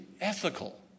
ethical